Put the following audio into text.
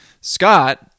Scott